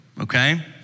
okay